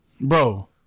bro